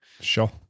Sure